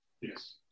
Yes